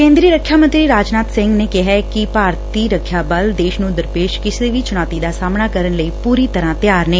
ਕੇਂਦਰੀ ਰੱਖਿਆ ਮੰਤਰੀ ਰਾਜਨਾਥ ਸਿੰਘ ਨੇ ਕਿਹੈ ਕਿ ਭਾਰਤੀ ਰੱਖਿਆ ਬਲ ਦੇਸ਼ ਨੂੰ ਦਰਪੇਸ਼ ਕਿਸੇ ਵੀ ਚੁਣੌਤੀ ਦਾ ਸਾਹਮਣਾ ਕਰਨ ਲਈ ਪੁਰੀ ਤਰ੍ਹਾਂ ਤਿਆਰ ਨੇ